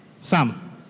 Sam